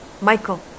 Michael